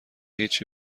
هیچی